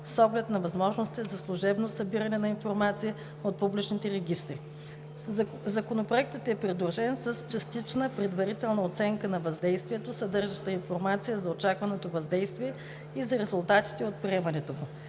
с оглед на възможностите за служебно събиране на информация от публичните регистри. Законопроектът е придружен с частична предварителна оценка на въздействието, съдържаща информация за очакваното въздействие и за резултатите от приемането му.